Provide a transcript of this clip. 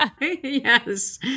Yes